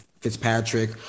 Fitzpatrick